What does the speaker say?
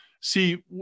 See